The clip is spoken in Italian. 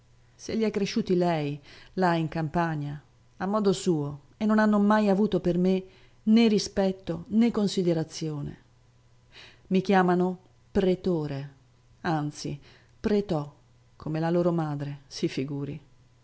se li è cresciuti lei là in campagna a modo suo e non hanno mai avuto per me né rispetto né considerazione i chiamano pretore anzi preto come la loro madre si figuri